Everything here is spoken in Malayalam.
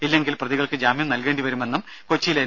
ഇല്ലെങ്കിൽ പ്രതികൾക്ക് ജാമ്യം നൽകേണ്ടിവരുമെന്നും കൊച്ചിയിലെ എൻ